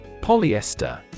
Polyester